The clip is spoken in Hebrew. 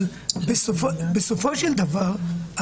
בסופו של דבר,